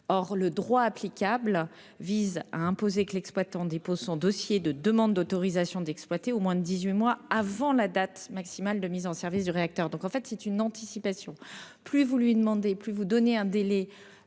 Or le droit applicable vise à imposer que l'exploitant dépose son dossier de demande d'autorisation d'exploiter au moins dix-huit mois avant la date maximale de mise en service du réacteur. En réalité, il s'agit d'une anticipation : plus vous fixez un délai